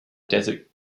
desert